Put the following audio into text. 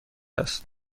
است